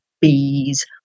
bees